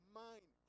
mind